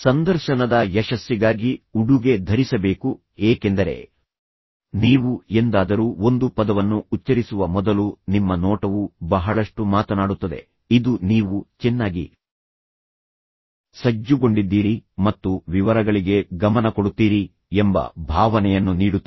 ಸಂದರ್ಶನದ ಯಶಸ್ಸಿಗಾಗಿ ಉಡುಗೆ ಧರಿಸಬೇಕು ಏಕೆಂದರೆ ನೀವು ಎಂದಾದರೂ ಒಂದು ಪದವನ್ನು ಉಚ್ಚರಿಸುವ ಮೊದಲು ನಿಮ್ಮ ನೋಟವು ಬಹಳಷ್ಟು ಮಾತನಾಡುತ್ತದೆ ಇದು ನೀವು ಚೆನ್ನಾಗಿ ಸಜ್ಜುಗೊಂಡಿದ್ದೀರಿ ಮತ್ತು ವಿವರಗಳಿಗೆ ಗಮನ ಕೊಡುತ್ತೀರಿ ಎಂಬ ಭಾವನೆಯನ್ನು ನೀಡುತ್ತದೆ